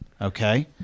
okay